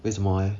为什么 eh